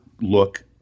look